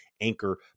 Anchor